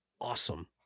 Awesome